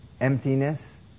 Emptiness